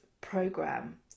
program